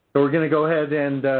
so, we're going to go ahead and